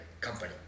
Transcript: company